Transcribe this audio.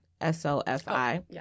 S-O-F-I